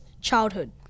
childhood